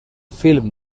film